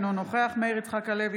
אינו נוכח מאיר יצחק הלוי,